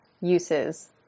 uses